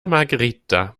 margherita